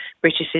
British